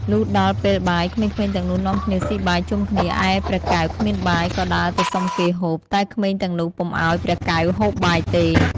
លុះដល់ពេលបាយ ក្មេងៗទាំងនោះនាំគ្នាស៊ីបាយជុំគ្នា ឯព្រះកែវគ្មានបាយ ក៏ដើរទៅសុំគេហូប តែក្មេងទាំងនោះពុំឲ្យព្រះកែវហូបបាយទេ។